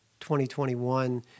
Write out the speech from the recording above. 2021